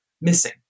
missing